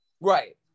right